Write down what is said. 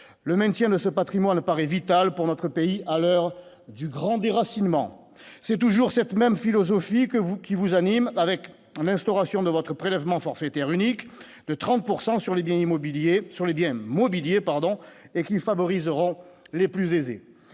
le maintien de ce Patrimoine paraît vital pour notre pays, à l'heure du grand déracinement, c'est toujours cette même philosophie que vous qui vous anime, avec l'instauration de votre prélèvement forfaitaire unique de 30 pourcent sur les biens immobiliers sur les biens